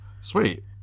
sweet